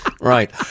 Right